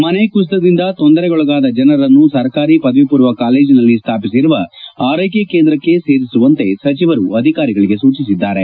ಮನೆ ಕುಸಿತದಿಂದ ತೊಂದರೆಗೊಳಗಾದ ಜನರನ್ನು ಸರ್ಕಾರಿ ಪದವಿ ಪೂರ್ವ ಕಾಲೇಜಿನಲ್ಲಿ ಸ್ವಾಪಿಸಿರುವ ಆರ್ಶೈಕೆ ಕೇಂದ್ರಕ್ಷಿ ಸೇರಿಸುವಂತೆ ಸಚಿವರು ಅಧಿಕಾರಿಗಳಿಗೆ ಸೂಚಿಸಿದ್ದಾರೆ